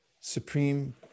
supreme